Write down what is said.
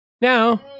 Now